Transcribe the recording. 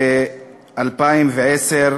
ב-2010,